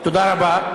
תודה רבה.